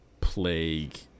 plague